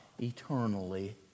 eternally